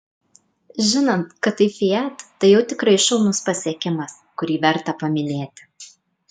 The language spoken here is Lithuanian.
žinant kad tai fiat tai jau tikrai šaunus pasiekimas kurį verta paminėti